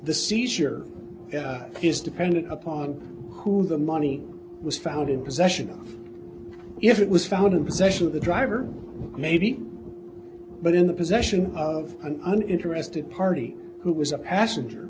the seizure is dependent upon who the money was found in possession if it was found in possession of the driver maybe but in the possession of an interested party who was a passenger